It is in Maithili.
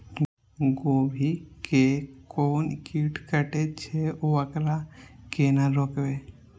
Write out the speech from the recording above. गोभी के कोन कीट कटे छे वकरा केना रोकबे?